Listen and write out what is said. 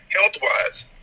health-wise